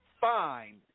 fine